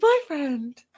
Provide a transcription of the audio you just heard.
boyfriend